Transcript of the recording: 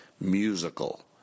Musical